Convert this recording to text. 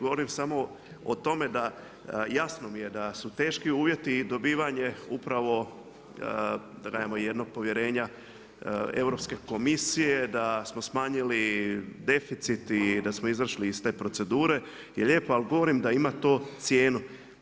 Govorim samo o tome da jasno mi je da su teški uvjeti i dobivanje upravo da kažem jednog povjerenja Europske komisije da smo smanjili deficit i da smo izašli iz te procedure je lijepo, ali govorim da to ima cijenu.